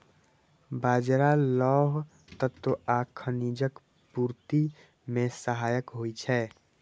बाजरा लौह तत्व आ खनिजक पूर्ति मे सहायक होइ छै